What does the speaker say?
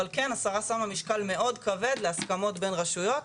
אבל כן השרה שמה משקל מאוד כבד להסכמות בין רשויות.